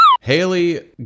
Haley